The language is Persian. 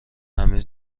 همه